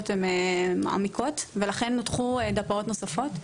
שלו הן מעמיקות ולכן נותחו דפ"אות נוספות.